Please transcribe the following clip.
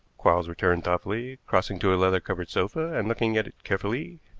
quarles returned thoughtfully, crossing to a leather-covered sofa and looking at it carefully.